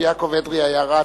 כשיעקב אדרי היה רץ,